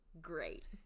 great